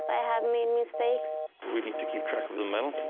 i have made mistakes we need to keep track of the metal.